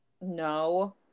No